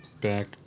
back